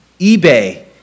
eBay